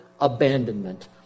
abandonment